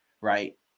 right